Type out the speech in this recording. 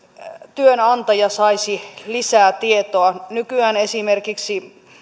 työnantaja saisi lisää tietoa nykyään esimerkiksi